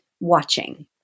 watching